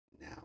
now